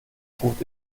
gut